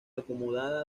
acomodada